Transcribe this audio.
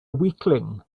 weakling